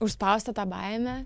užspaustą tą baimę